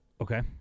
Okay